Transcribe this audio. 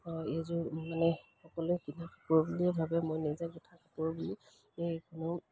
এইযোৰ মানে সকলোৱে কাপোৰ বুলিয়েই ভাবে মই নিজে কাপোৰ বুলি এই কোনো